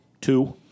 Two